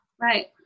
Right